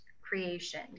creation